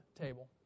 table